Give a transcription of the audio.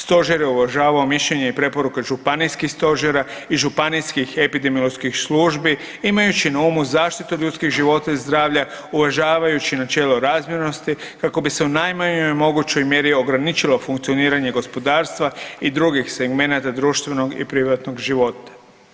Stožer je uvažavo mišljenje i preporuke županijskih stožera i županijskih epidemioloških službi imajući na umu zaštitu ljudskih života i zdravlja uvažavajući načelo razmjernosti kako bi se u najmanjoj mogućoj mjeri ograničilo funkcioniranje gospodarstva i drugih segmenata društvenog i privatnog života.